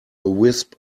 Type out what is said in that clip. wisp